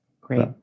Great